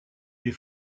les